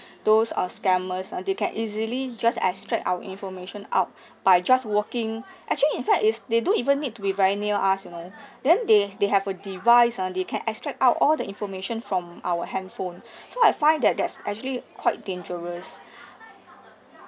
those uh scammers uh they can easily just extract our information out by just walking actually in fact is they don't even need to be very near us you know then they they have a device uh they can extract out all the information from our handphone so I find that that's actually quite dangerous